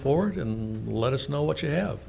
forward and let us know what you have